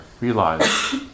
realize